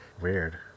Weird